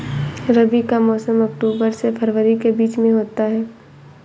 रबी का मौसम अक्टूबर से फरवरी के बीच में होता है